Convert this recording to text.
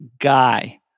guy